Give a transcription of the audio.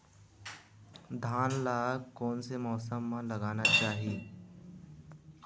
धान ल कोन से मौसम म लगाना चहिए?